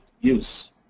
use